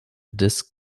des